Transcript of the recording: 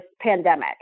pandemic